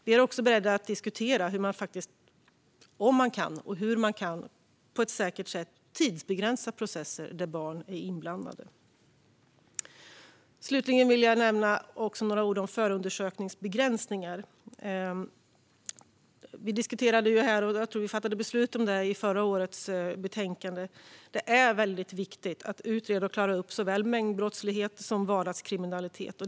Vi är beredda att diskutera om och hur man på ett säkert sätt kan tidsbegränsa processer där barn är inblandade. Slutligen vill jag säga några ord om förundersökningsbegränsningar. Vi diskuterade - och jag tror att vi även fattade beslut om - detta i förra årets betänkande. Det är viktigt att utreda och klara upp såväl mängdbrottslighet som vardagskriminalitet.